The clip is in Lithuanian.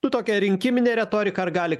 nu tokia rinkiminė retorika ar gali